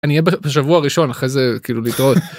אני אהיה בשבוע הראשון אחרי זה כאילו להתראות.